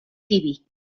tibi